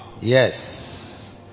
Yes